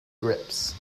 grips